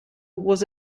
was